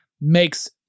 makes